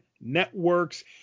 networks